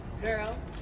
girl